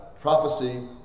prophecy